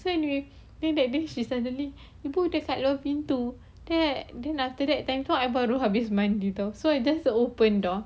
then hari tu that day she suddenly ibu dekat luar pintu then like then after that thank god I baru habis mandi [tau] so I just open door